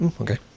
Okay